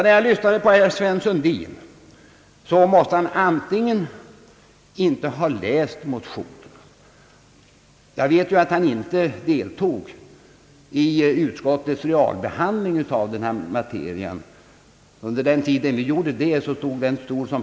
När jag lyssnade på herr Sven Sundin fick jag nästan intrycket att han inte läst motionen — jag vet ju att han inte deltog i utskottets realbehandling av denna materia; vid det tillfället stod hans stol tom.